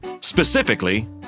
specifically